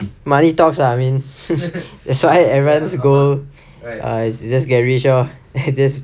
money talks lah I mean that's why everyone's goal is err to just get rich lor then just